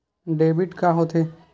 Debit का होथे?